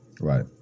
Right